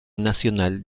nacional